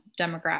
demographic